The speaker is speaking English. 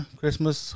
Christmas